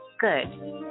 Good